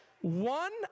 One